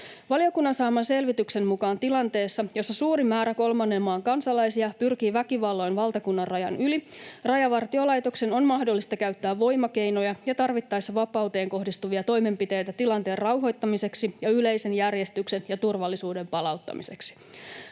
Valiokunnan saaman selvityksen mukaan tilanteessa, jossa suuri määrä kolmannen maan kansalaisia pyrkii väkivalloin valtakunnanrajan yli, Rajavartiolaitoksen on mahdollista käyttää voimakeinoja ja tarvittaessa vapauteen kohdistuvia toimenpiteitä tilanteen rauhoittamiseksi ja yleisen järjestyksen ja turvallisuuden palauttamiseksi.